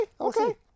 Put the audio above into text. okay